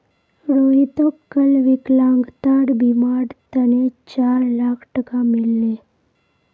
रोहितक कल विकलांगतार बीमार तने चार लाख टका मिल ले